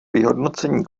vyhodnocení